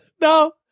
No